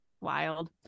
Wild